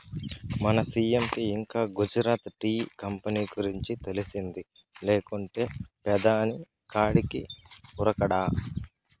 మన సీ.ఎం కి ఇంకా గుజరాత్ టీ కంపెనీ గురించి తెలిసింది లేకుంటే పెదాని కాడికి ఉరకడా